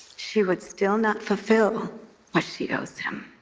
she would still not fulfill what she owes him.